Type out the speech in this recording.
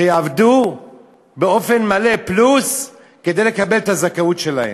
שעובדים באופן מלא פלוס, כדי לקבל את הזכאות שלהם.